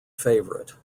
favorite